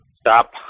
stop